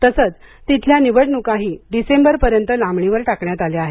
तसंच तिथल्या निवडणुकाही डिसेंबरपर्यंत लांबणीवर टाकण्यात आल्या आहेत